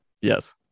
Yes